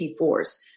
T4s